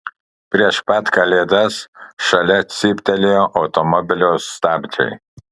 prieš pat kalėdas šalia cyptelėjo automobilio stabdžiai